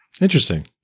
interesting